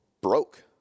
broke